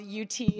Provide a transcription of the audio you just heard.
UT